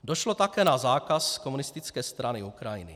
Došlo také na zákaz Komunistické strany Ukrajiny.